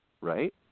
right